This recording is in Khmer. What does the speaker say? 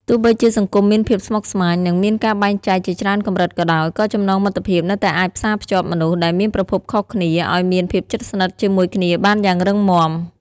ទោះបីជាសង្គមមានភាពស្មុគស្មាញ និងមានការបែងចែកជាច្រើនកម្រិតក៏ដោយ ក៏ចំណងមិត្តភាពនៅតែអាចផ្សារភ្ជាប់មនុស្សដែលមានប្រភពខុសគ្នាឲ្យមានភាពជិតស្និទ្ធជាមួយគ្នាបានយ៉ាងរឹងមាំ។